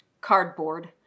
cardboard